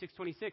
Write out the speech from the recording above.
6.26